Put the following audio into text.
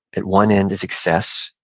at one end is excess.